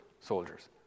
soldiers